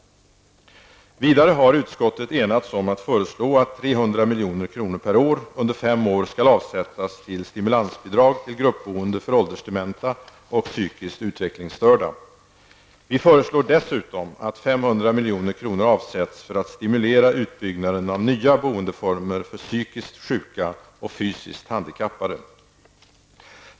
Vidare har utskottet enats om att föreslå att 300 milj.kr. per år under fem år skall avsättas till stimulansbidrag till gruppboende för åldersdementa och psykiskt utvecklingsstörda. Vi föreslår dessutom att 500 milj.kr. avsätts för att stimulera utbyggnaden av nya boendeformer för psykiskt sjuka och fysiskt handikappade.